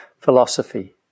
philosophy